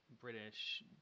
British